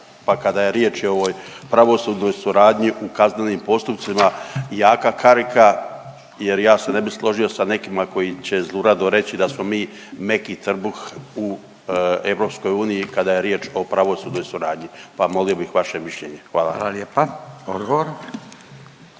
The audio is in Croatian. pa kada je riječ i o ovoj pravosudnoj suradnji u kaznenim postupcima jaka karika jer ja se ne bi složio sa nekima koji će zlurado reći da smo mi meki trbuh u EU kada je riječ o pravosudnoj suradnji, pa molio bih vaše mišljenje. Hvala. **Radin, Furio